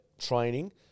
training